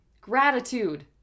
Gratitude